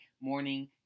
morning